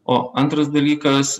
o antras dalykas